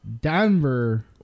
Denver